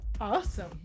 Awesome